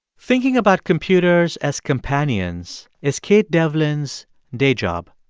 thinking about computers as companions is kate devlin's day job.